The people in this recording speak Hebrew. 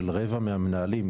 של רבע מהמנהלים,